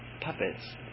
puppets